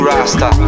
Rasta